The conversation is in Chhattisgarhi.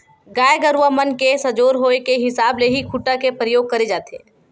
गाय गरुवा मन के सजोर होय के हिसाब ले ही खूटा के परियोग करे जाथे